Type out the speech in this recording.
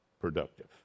productive